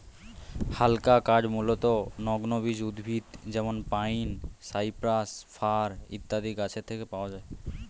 হালকা কাঠ মূলতঃ নগ্নবীজ উদ্ভিদ যেমন পাইন, সাইপ্রাস, ফার ইত্যাদি গাছের থেকে পাওয়া যায়